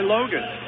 Logan